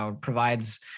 provides